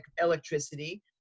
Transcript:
electricity